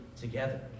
together